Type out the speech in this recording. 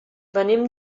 venim